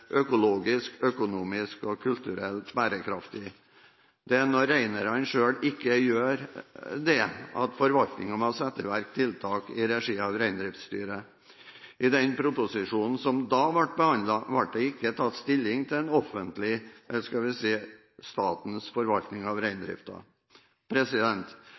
økologisk, økonomisk og kulturelt bærekraftig. Det er når reineierne selv ikke gjør dette at forvaltningen må sette i verk tiltak i regi av reindriftsstyret. I den proposisjonen som da ble behandlet, ble det ikke tatt stilling til den offentlige – eller skal vi si statens – forvaltning av